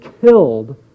killed